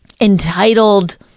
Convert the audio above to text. entitled